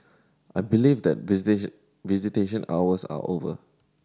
I believe that visitation hours are over